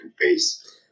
face